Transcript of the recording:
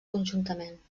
conjuntament